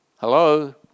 Hello